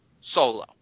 solo